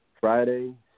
Friday